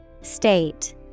State